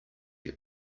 your